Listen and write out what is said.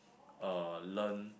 uh learn